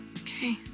Okay